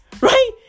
Right